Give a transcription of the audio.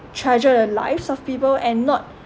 treasure the lives of people and not